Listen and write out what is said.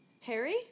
Harry